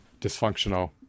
dysfunctional